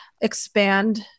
expand